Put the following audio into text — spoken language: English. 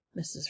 Mrs